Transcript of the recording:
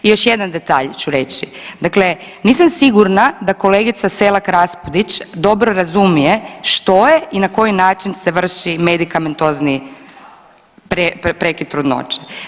I još jedan detalj ću reći, dakle nisam sigurna da kolegica Selak Raspudić dobro razumije što je i na koji način se vrši medikamentozni prekid trudnoće.